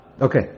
Okay